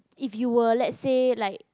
if you were let's say like